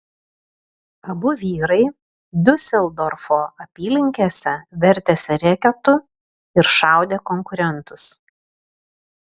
abu vyrai diuseldorfo apylinkėse vertėsi reketu ir šaudė konkurentus